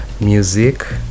music